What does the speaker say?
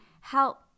help